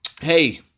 hey